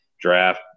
draft